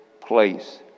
place